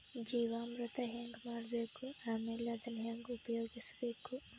ಜೀವಾಮೃತ ಹೆಂಗ ಮಾಡಬೇಕು ಆಮೇಲೆ ಅದನ್ನ ಹೆಂಗ ಉಪಯೋಗಿಸಬೇಕು?